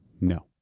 No